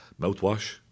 mouthwash